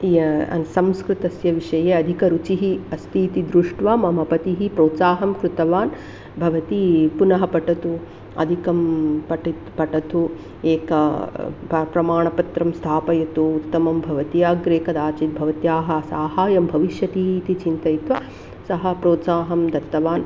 इय संस्कृतस्य विषये अधिकरुचिः अस्ति इति दृष्ट्वा मम पतिः प्रोत्साहनं कृतवान् भवती उत्तमः पठतु अधिकं पटि पठतु एकं प प्रमाणपत्रं स्थापयतु उत्तमं भवत्याग्रे कदाचित् भवत्याः साहायं भविष्यति इति चिन्तयित्वा सः प्रोत्साहनं दत्तवान्